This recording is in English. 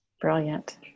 Brilliant